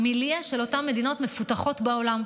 המיליה של אותן מדינות מפותחות בעולם.